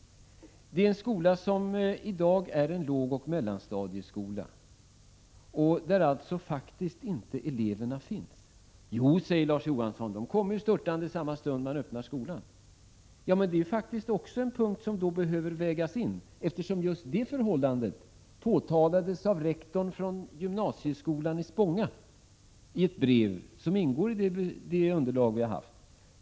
Den är i dag en lågoch mellanstadieskola, där några gymnasieeller högstadieelever faktiskt inte finns. Jo, säger Larz Johansson, de kommer störtande i samma stund som man öppnar skolan. Men det är då en punkt som behöver vägas in, eftersom just det förhållandet påtalades av rektorn vid gymnasieskolan i Spånga i ett brev som ingår i det underlag vi har haft.